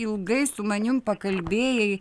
ilgai su manim pakalbėjai